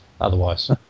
otherwise